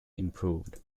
improved